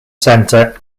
center